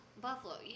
Buffalo